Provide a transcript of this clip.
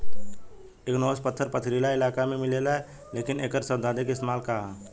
Igneous पत्थर पथरीली इलाका में मिलेला लेकिन एकर सैद्धांतिक इस्तेमाल का ह?